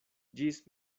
ĝis